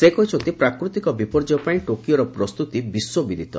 ସେ କହିଛନ୍ତି ପ୍ରାକୃତିକ ବିପର୍ଯ୍ୟୟ ପାଇଁ ଟୋକିଓର ପ୍ରସ୍ତୁତି ବିଶ୍ୱବିଦିତ